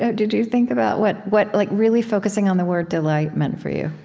ah did you think about what what like really focusing on the word delight meant, for you?